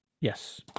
Yes